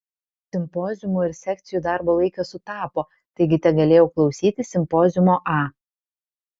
simpoziumų ir sekcijų darbo laikas sutapo taigi tegalėjau klausytis simpoziumo a